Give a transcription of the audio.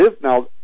Now